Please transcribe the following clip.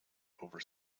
over